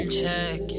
check